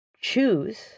choose